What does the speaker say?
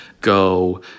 Go